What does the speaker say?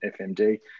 FMD